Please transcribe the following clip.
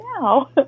now